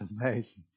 amazing